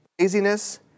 laziness